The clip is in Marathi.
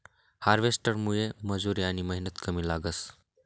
हार्वेस्टरमुये मजुरी आनी मेहनत कमी लागस